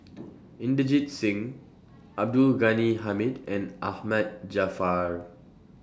Inderjit Singh Abdul Ghani Hamid and Ahmad Jaafar